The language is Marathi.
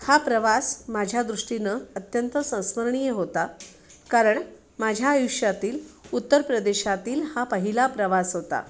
हा प्रवास माझ्या दृष्टीनं अत्यंत संस्मरणीय होता कारण माझ्या आयुष्यातील उत्तर प्रदेशातील हा पहिला प्रवास होता